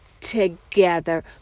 together